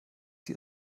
sie